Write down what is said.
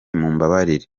mumbabarire